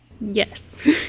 Yes